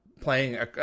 playing